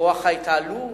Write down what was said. כוח ההתעלות,